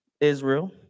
Israel